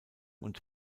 und